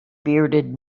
bearded